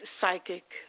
psychic